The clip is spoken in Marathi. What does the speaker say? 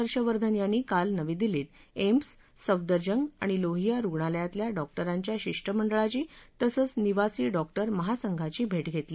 हर्षवर्धन यांनी काल नवी दिल्लीत एम्स सफदरजंग आणि लोहिया रुग्णालयांतल्या डॉक्टरांच्या शिष्टमंडळाची तसंच निवासी डॉक्टर महासंघाची भेट घेतली